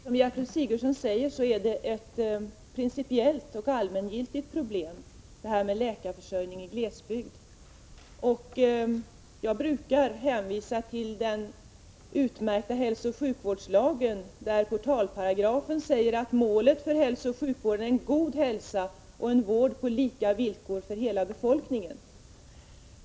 Fru talman! Som Gertrud Sigurdsen säger är läkarförsörjningen i glesbygd ett principiellt och allmängiltigt problem. Jag brukar hänvisa till den utmärkta hälsooch sjukvårdslagen, där portalparagrafen säger att målet för hälsooch sjukvården är en god hälsa och en vård på lika villkor för hela befolkningen.